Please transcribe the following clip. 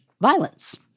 violence